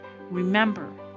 Remember